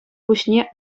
пуҫне